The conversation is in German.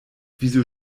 wieso